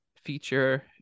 feature